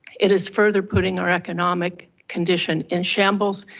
it is further putting our economic condition in shambles.